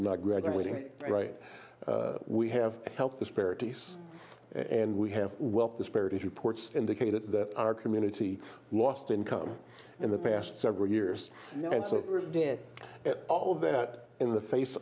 are not graduating right we have health disparities and we have wealth disparities reports indicated that our community lost income in the past several years and so did all that in the face